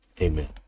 amen